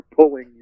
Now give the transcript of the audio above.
pulling